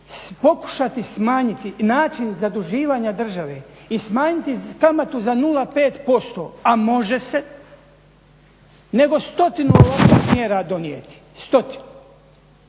pokušati smanjiti način zaduživanja države i smanjiti kamatu za 0,5% a može se nego stotinu ovakvih mjera donijeti, stotinu.